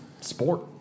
sport